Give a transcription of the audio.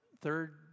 third